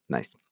Nice